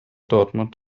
dortmund